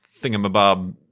thingamabob